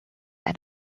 and